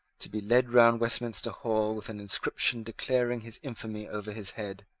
to be led round westminster hall with an inscription declaring his infamy over his head,